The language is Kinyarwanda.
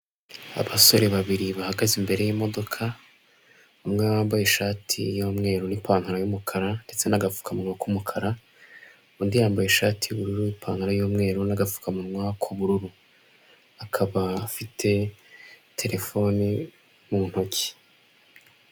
Abasore babiri bahagaze imbere y'imodoka, umwe wambaye ishati y'umweru n'ipantaro y'umukara ndetse n'agapfukamunwa k'umukara, undi yambaye ishati y'ubururu n'ipantaro y'umweru n'agapfukamunwa k'ubururu akaba afite telefone mu ntoki.